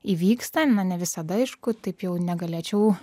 įvyksta na ne visada aišku taip jau negalėčiau